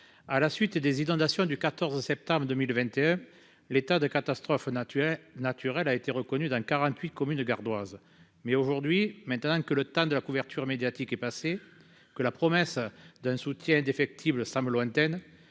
À la suite des inondations du 14 septembre 2021, l'état de catastrophe naturelle a été reconnu dans 48 communes gardoises. Toutefois, maintenant que le temps de la couverture médiatique est passé et que la promesse d'un soutien indéfectible semble lointaine,